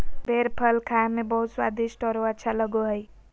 बेर फल खाए में बहुत स्वादिस्ट औरो अच्छा लगो हइ